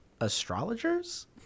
astrologers